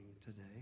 today